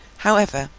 however,